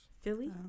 Philly